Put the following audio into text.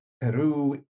Peru